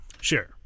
Sure